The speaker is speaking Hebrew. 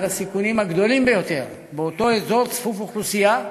הסיכונים הגדולים ביותר באותו אזור צפוף-אוכלוסייה.